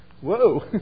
Whoa